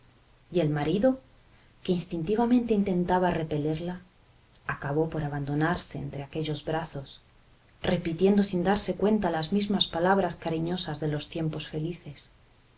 y el marido que instintivamente intentaba repelerla acabó por abandonarse entre aquellos brazos repitiendo sin darse cuenta las mismas palabras cariñosas de los tiempos felices